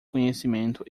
conhecimento